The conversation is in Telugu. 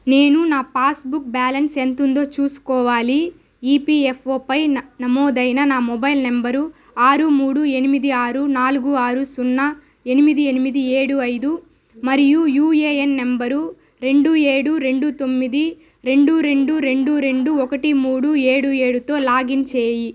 నేను నా పాస్బుక్ బ్యాలన్స్ ఎంత ఉందో చూసుకోవాలి ఈపిఎఫ్ఓపై నమోదైన నా మొబైల్ నంబరు ఆరు మూడు ఎనిమిది ఆరు నాలుగు ఆరు సున్నా ఎనిమిది ఎనిమిది ఏడు ఐదు మరియు యుఏఎన్ నంబరు రెండు ఏడు రెండు తొమ్మిది రెండు రెండు రెండు రెండు ఒకటి మూడు ఏడు ఏడుతో లాగిన్ చేయి